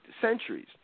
centuries